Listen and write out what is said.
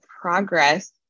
progress